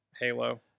Halo